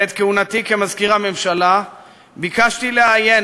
בעת כהונתי כמזכיר הממשלה ביקשתי לעיין